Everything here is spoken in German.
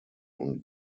und